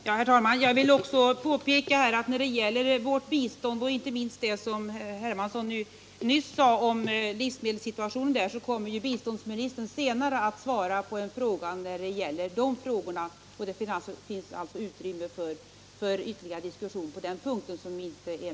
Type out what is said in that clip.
Herr talman! Jag vill också påpeka att när det gäller vårt bistånd, och inte minst det som herr Hermansson nyss sade om livsmedelssituationen i Vietnam, kommer biståndsministern senare att svara på en fråga. Det finns alltså utrymme för ytterligare diskussion på den punkten.